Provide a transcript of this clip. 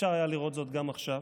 אפשר היה לראות זאת גם עכשיו,